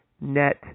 net